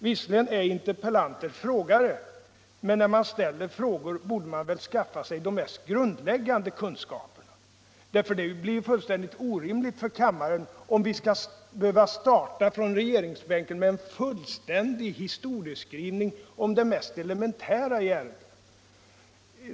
Visserligen är interpellanter frågare, men innan man 17 ställer frågor bör man väl skaffa sig de mest grundläggande kunskaperna. Det blir helt orimligt om vi från statsrådsbänken måste starta med en fullständig historieskrivning om det mest elementära i ärendena.